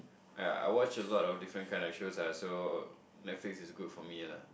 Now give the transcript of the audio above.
I I watch a lot of different kinds of shows I also I feel is good for me lah